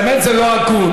באמת זה לא הגון.